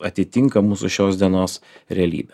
atitinka mūsų šios dienos realybę